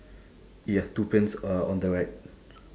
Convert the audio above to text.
ya two pins uh on the right